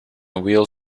wheel